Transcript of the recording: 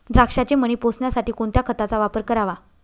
द्राक्षाचे मणी पोसण्यासाठी कोणत्या खताचा वापर करावा?